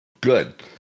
Good